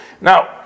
now